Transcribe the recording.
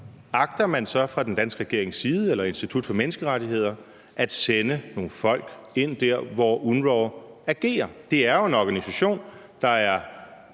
om man så fra den danske regerings side – eller fra Institut for Menneskerettigheders side – agter at sende nogle folk ind der, hvor UNRWA agerer? Det er jo en organisation, der